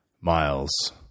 miles